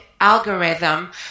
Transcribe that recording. algorithm